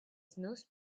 snooze